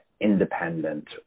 independent